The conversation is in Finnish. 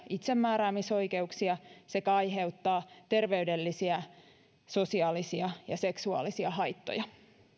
itsemääräämisoikeuksia sekä aiheuttaa terveydellisiä sosiaalisia ja seksuaalisia haittoja